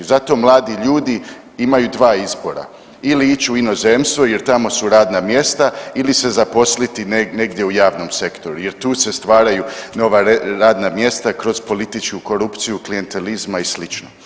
Zato mladi ljudi imaju dva izbora ili ić u inozemstvo jer tamo su radna mjesta ili se zaposliti negdje u javnom sektoru jer tu se stvaraju nova radna mjesta kroz političku korupciju, klijentelizma i slično.